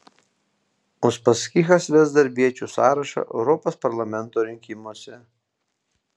uspaskichas ves darbiečių sąrašą europos parlamento rinkimuose